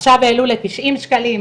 עכשיו העלו לתשעים שקלים.